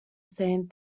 same